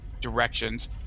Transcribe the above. directions